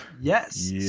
Yes